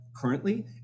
currently